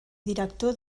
director